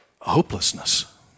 hopelessness